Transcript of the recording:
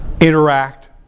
interact